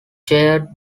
chaired